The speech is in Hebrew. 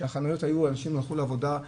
אנשים הלכו לעבודה,